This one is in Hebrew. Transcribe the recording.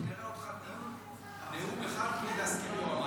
נראה אותך נאום אחד בלי להזכיר את היועמ"שית.